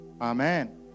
Amen